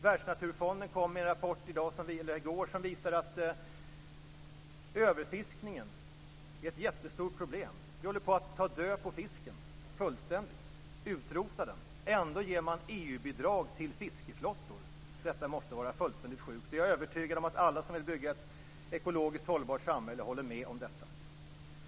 Världsnaturfonden kom i går med en rapport som visar att överfiskningen är ett jättestort problem. Vi håller på att ta död på fisken, ja, fullständigt utrota den. Ändå ger man EU-bidrag till fiskeflottor. Detta måste vara fullständigt sjukt. Jag är övertygad om att alla som vill bygga ett ekologiskt hållbart samhälle håller med om det.